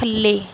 ਥੱਲੇ